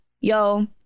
Yo